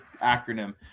acronym